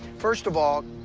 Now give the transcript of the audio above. first of all,